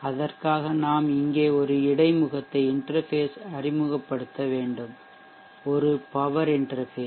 அதற்காக நாம் இங்கே ஒரு இடைமுகத்தை இன்டெர்ஃபேஷ் அறிமுகப்படுத்த வேண்டும் ஒரு பவர் இன்டெர்ஃபேஷ்